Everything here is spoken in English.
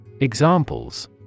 Examples